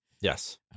yes